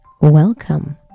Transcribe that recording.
Welcome